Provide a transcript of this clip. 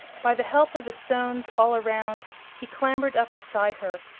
by the help of the stones all around he clambered up beside her,